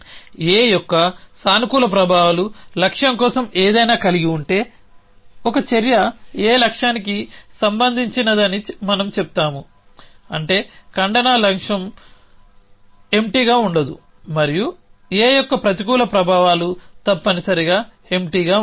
A యొక్క సానుకూల ప్రభావాలు లక్ష్యం కోసం ఏదైనా కలిగి ఉంటే ఒక చర్య A లక్ష్యానికి సంబంధించినదని మనం చెప్తాము అంటే ఖండన లక్ష్యం ఎంప్టీగా ఉండదు మరియు a యొక్క ప్రతికూల ప్రభావాలు తప్పనిసరిగా ఎంప్టీగా ఉంటాయి